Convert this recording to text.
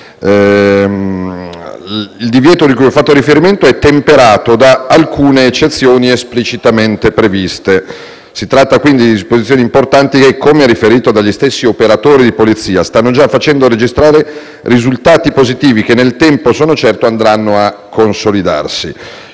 Il divieto cui ho fatto riferimento è temperato da alcune eccezioni esplicitamente previste. Si tratta quindi di disposizioni importanti che, come riferito dagli stessi operatori di polizia, stanno già facendo registrare risultati positivi che sono certo nel tempo andranno a consolidarsi.